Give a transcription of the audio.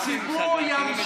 הציבור ימשיך להיאבק שיהיה צדק.